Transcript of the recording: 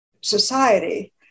society